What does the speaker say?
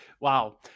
Wow